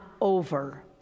over